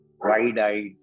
wide-eyed